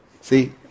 See